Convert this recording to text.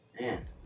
man